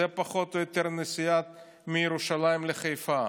זה פחות או יותר נסיעה מירושלים לחיפה,